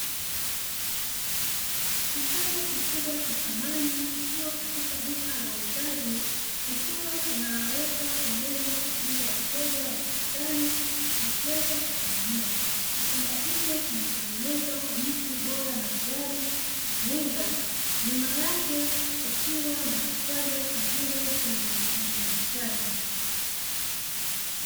Kitanda kikubwa cha samani, kikiwa katika duka la uzaji, kikiwa kinawekwa pembeni kwa ajili ya wateja wakitazame na kuweza kukinunua. Kitanda hicho kimetengenezwa kwa miti bora maridadi mninga. Nyuma yake kikiwa na kitanda kingine chenye mistari mistari.